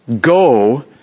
Go